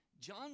john